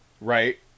right